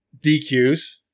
DQs